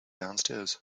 downstairs